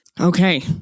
Okay